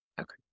Okay